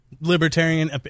Libertarian